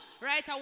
Right